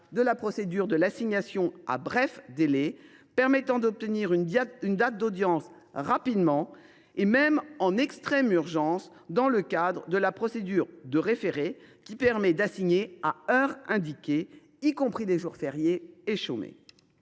de la procédure de l’assignation à bref délai, qui permet d’obtenir une date d’audience rapidement, et même en extrême urgence dans le cadre de la procédure de référé, qui permet, elle, d’assigner à heure indiquée, y compris les jours fériés ou chômés.